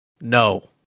no